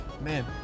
man